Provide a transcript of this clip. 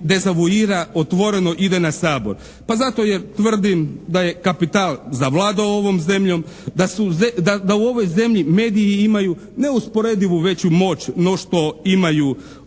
dezavuira, otvoreno ide na Sabor? Pa zato jer tvrdim da je kapital zavladao ovom zemljom, da u ovoj zemlji mediji imaju neusporedivo veću moć no što imaju